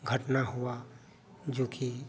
घटना हुआ जो की